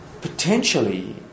potentially